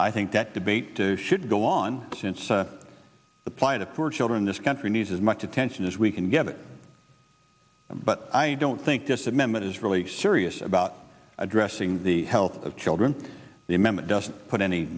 i think that debate should go on since the plight of for children this country needs as much attention as we can get it but i don't think this amendment is really serious about addressing the health of children the amendment doesn't put any